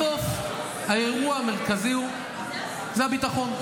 בסוף האירוע המרכזי הוא הביטחון.